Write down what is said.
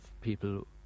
people